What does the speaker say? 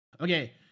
Okay